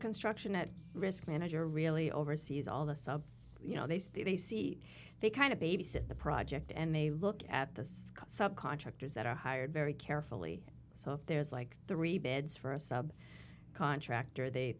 construction at risk manager really oversees all this of you know these these they kind of babysit the project and they look at this sub contractors that are hired very carefully so there's like three beds for a sub contractor they